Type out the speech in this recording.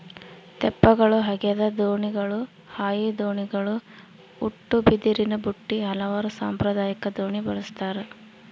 ತೆಪ್ಪಗಳು ಹಗೆದ ದೋಣಿಗಳು ಹಾಯಿ ದೋಣಿಗಳು ಉಟ್ಟುಬಿದಿರಿನಬುಟ್ಟಿ ಹಲವಾರು ಸಾಂಪ್ರದಾಯಿಕ ದೋಣಿ ಬಳಸ್ತಾರ